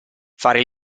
fare